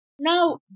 Now